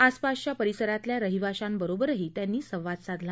आसपासच्या परिसरातल्या रहिवाशांबरोबरही त्यांनी संवाद साधला